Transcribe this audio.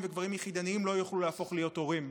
וגברים יחידניים לא יוכלו להפוך להיות הורים.